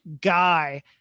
guy